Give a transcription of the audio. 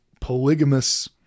polygamous